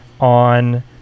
on